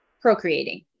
procreating